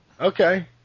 Okay